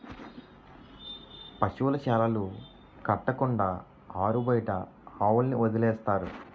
పశువుల శాలలు కట్టకుండా ఆరుబయట ఆవుల్ని వదిలేస్తారు